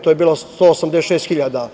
To je bilo 186.000.